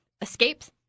Escapes